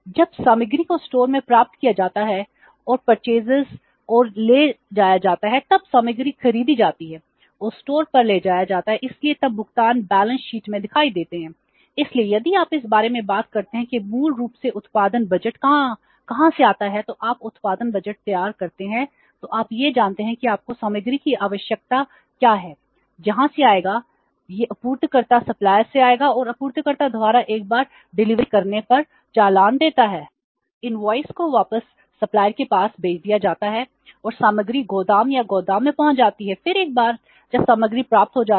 जब सामग्री को स्टोर में प्राप्त किया जाता है और परचेसेस से आएगा और आपूर्तिकर्ता द्वारा एक बार डिलीवरी करने पर चालान देता है